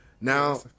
Now